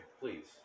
please